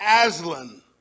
Aslan